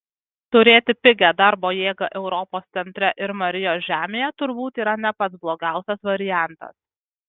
turėti pigią darbo jėgą europos centre ir marijos žemėje turbūt yra ne pats blogiausias variantas